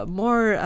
more